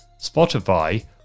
Spotify